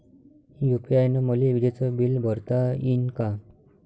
UPI न मले विजेचं बिल भरता यीन का?